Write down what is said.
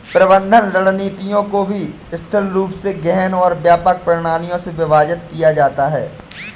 प्रबंधन रणनीतियों को भी शिथिल रूप से गहन और व्यापक प्रणालियों में विभाजित किया जाता है